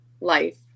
life